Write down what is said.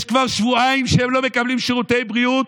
כבר שבועיים שהם לא מקבלים שירותי בריאות,